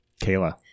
Kayla